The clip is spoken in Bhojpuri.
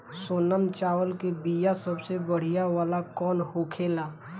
सोनम चावल के बीया सबसे बढ़िया वाला कौन होखेला?